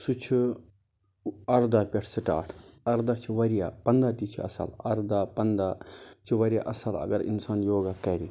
سُہ چھُ اَرداہ پٮ۪ٹھ سٹاٹ اَرداہ چھِ واریاہ پَنٛداہ تہِ چھِ اَصٕل اَرداہ پَنٛداہ چھِ واریاہ اَصٕل اَگر اِنسان یوگا کَرِ